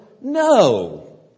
No